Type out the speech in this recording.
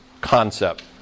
concept